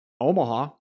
Omaha